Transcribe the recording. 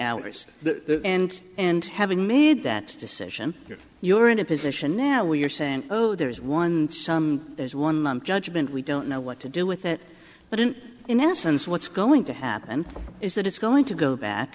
hours and and having made that decision you're in a position now where you're saying oh there's one some there's one judgment we don't know what to do with it but an in essence what's going to happen is that it's going to go back